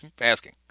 asking